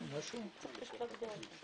חוק החברות כולל בתוכו את סעיף 345 חל"ץ,